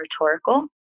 rhetorical